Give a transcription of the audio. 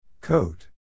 Coat